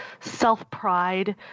self-pride